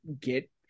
get